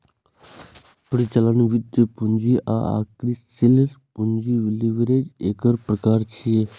परिचालन, वित्तीय, पूंजी आ कार्यशील पूंजी लीवरेज एकर प्रकार छियै